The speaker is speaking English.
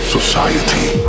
Society